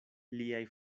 liaj